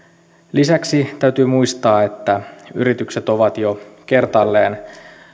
lisäksi täytyy muistaa että yritykset ovat jo kertaalleen